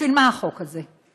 בשביל מה החוק הזה?